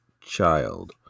child